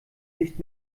nicht